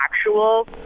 actual